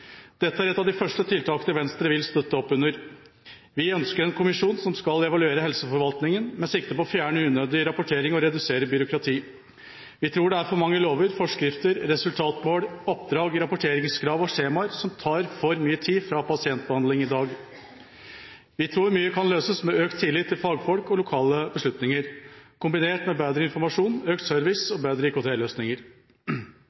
Dette er et av de første tiltakene Venstre vil støtte opp under. Vi ønsker en kommisjon som skal evaluere helseforvaltningen, med sikte på å fjerne unødig rapportering og redusere byråkrati. Vi tror det er for mange lover, forskrifter, resultatmål, oppdrag, rapporteringskrav og skjemaer som tar for mye tid fra pasientbehandling i dag. Vi tror mye kan løses med økt tillit til fagfolk og lokale beslutninger, kombinert med bedre informasjon, økt service